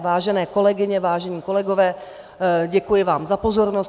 Vážené kolegyně, vážení kolegové, děkuji vám za pozornost.